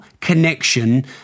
connection